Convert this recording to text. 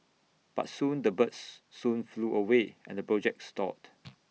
but soon the birds soon flew away and the project stalled